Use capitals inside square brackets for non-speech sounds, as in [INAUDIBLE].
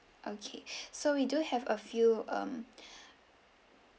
okay [BREATH] so we do have a few um [BREATH]